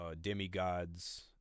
demigods